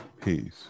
peace